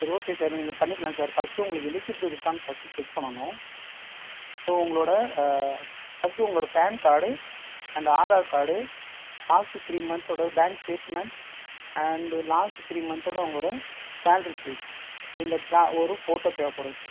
சரி okay sir நீங்கள் பண்ணிக்கலாம் சார் ஃபர்ஸ்ட்டு உங்களுக்கு எலிஜிபிள் இருக்கான்னு ஃபர்ஸ்ட்டு செக் பண்ணணும் ஸோ உங்களோட ஃபர்ஸ்ட்டு உங்களோட PAN card and Aadhaar card last three மந்த்தோட bank statement and last three மந்த்தோட உங்களோட சேல்ரி ஸ்லிப் இந்த தா ஒரு ஃபோட்டோ தேவைப்படும் சார்